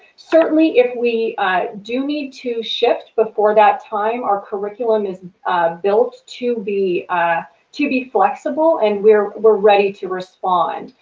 certainly if we do need to shift before that time, our curriculum is built to be ah to be flexible and where we're ready to respond.